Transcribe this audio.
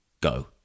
Go